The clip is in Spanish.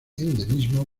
endemismo